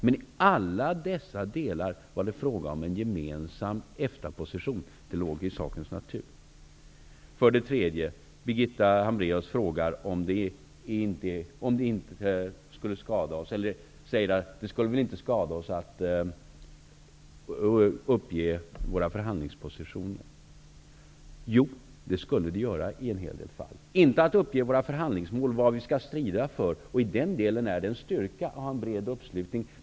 Men i alla delar var det fråga om en gemensam EFTA position. Det låg i sakens natur. Birgitta Hambraeus säger att det väl inte skulle skada oss att uppge våra förhandlingspositioner. Jo, det skulle det göra i en hel del fall; inte att uppge våra förhandlingsmål, vad vi skall strida för. I den delen är det en styrka att ha en bred uppslutning.